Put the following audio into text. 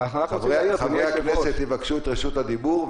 חברי הכנסת יבקשו את רשות הדיבור,